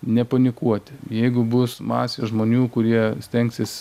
nepanikuoti jeigu bus masė žmonių kurie stengsis